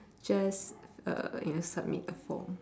just uh you know submit a form